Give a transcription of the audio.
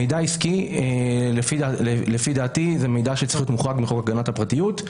מידע עסקי לפי דעתי זה מידע שצריך להיות מוחרג מחוק הגנת הפרטיות,